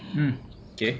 mm okay